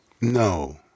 No